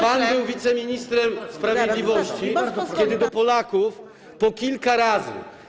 Pan był wiceministrem sprawiedliwości, kiedy do Polaków po kilka razy.